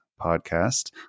podcast